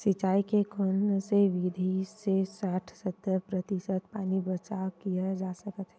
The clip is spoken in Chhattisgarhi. सिंचाई के कोन से विधि से साठ सत्तर प्रतिशत पानी बचाव किया जा सकत हे?